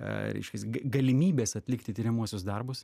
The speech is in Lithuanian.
a reiškias ga galimybės atlikti tiriamuosius darbus